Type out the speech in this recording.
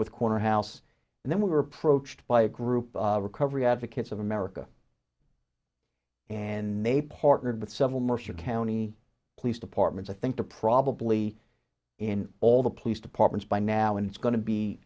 with corner house and then we were approached by a group of recovery advocates of america and they partnered with several mercer county police departments i think they're probably in all the police departments by now and it's go